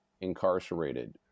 incarcerated